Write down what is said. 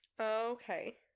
okay